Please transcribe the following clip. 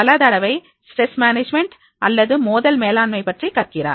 பல தடவை stress management அல்லது மோதல் மேலாண்மை பற்றி கற்கிறார்